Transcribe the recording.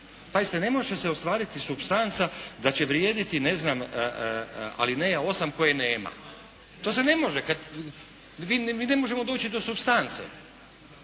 Pazite ne može se ostvariti supstanca da će vrijediti, ne znam, alineja 8 koje nema. To se ne može kad vi, mi ne možemo doći do supstance.